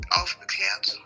aufgeklärt